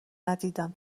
ندیدم